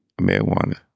marijuana